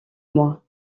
moi